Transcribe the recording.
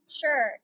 Sure